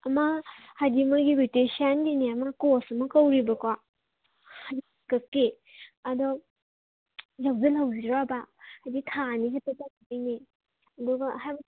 ꯑꯃ ꯍꯥꯏꯕꯗꯤ ꯃꯣꯏꯒꯤ ꯕꯤꯎꯇꯤꯁꯤꯌꯥꯟꯒꯤꯅꯦ ꯑꯃ ꯀꯣꯔ꯭ꯁ ꯑꯃ ꯀꯧꯔꯤꯕꯀꯣ ꯍꯥꯏꯕꯗꯤ ꯃꯦꯛꯑꯞꯀꯤ ꯑꯗꯣ ꯌꯥꯎꯁꯤꯜꯍꯧꯁꯤꯔꯕ ꯍꯥꯏꯕꯗꯤ ꯊꯥ ꯑꯅꯤ ꯈꯛꯇ ꯇꯧꯗꯣꯏꯅꯦ ꯑꯗꯨꯒ ꯍꯥꯏꯕꯗꯤ